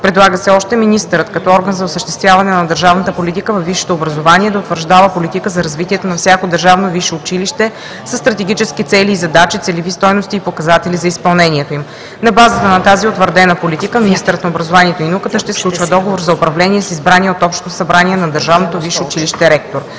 Предлага се още министърът, като орган за осъществяване на държавната политика във висшето образование, да утвърждава политика за развитието на всяко държавно висше училище със стратегически цели и задачи, целеви стойности и показатели за изпълнението им. На базата на тази утвърдена политика министърът на образованието и науката ще сключва договор за управление с избрания от общото събрание на държавното висше училище ректор.